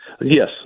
Yes